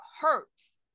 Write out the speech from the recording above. hurts